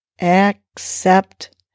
accept